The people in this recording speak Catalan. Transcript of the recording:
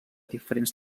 diferents